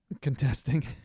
contesting